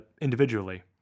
individually